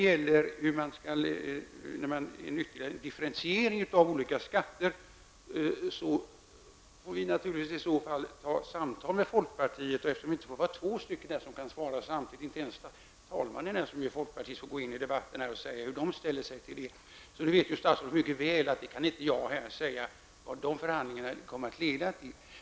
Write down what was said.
Beträffande en differentiering av olika skatter får vi naturligtvis ta ett samtal med folkpartiet. Två får inte svara samtidigt -- inte ens talmannen som är folkpartist får gå in i debatten och säga hur folkpartiet ställer sig -- och statsrådet vet mycket väl att jag inte kan stå här och säga vad sådana förhandlingar skulle leda till.